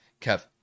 Kev